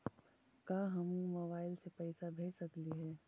का हम मोबाईल से पैसा भेज सकली हे?